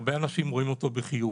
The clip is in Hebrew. הרבה אנשים רואים אותו בחיוב.